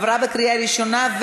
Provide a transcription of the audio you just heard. עברה בקריאה ראשונה,